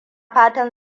fatan